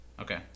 okay